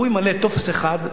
הוא ימלא טופס אחד,